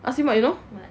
ask him what you know